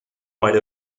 might